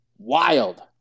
Wild